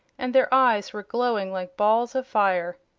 and their eyes were glowing like balls of fire.